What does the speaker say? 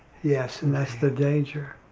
yes and that's the danger.